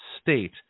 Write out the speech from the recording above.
state